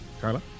Carla